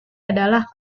adalah